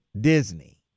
Disney